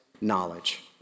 knowledge